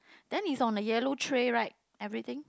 then it's on the yellow tray right everything